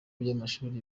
by’amashuri